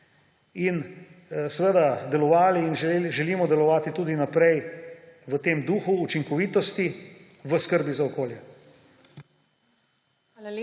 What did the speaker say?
in seveda delovali in želimo delovati tudi naprej v tem duhu učinkovitosti s skrbi za okolje.